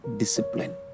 discipline